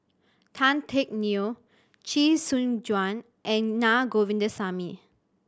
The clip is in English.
Tan Teck Neo Chee Soon Juan and Na Govindasamy